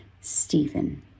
Stephen